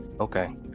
okay